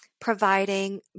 providing